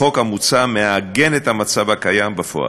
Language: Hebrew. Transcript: החוק המוצע מעגן את המצב הקיים בפועל.